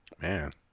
man